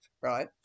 right